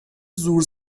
زور